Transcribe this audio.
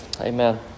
Amen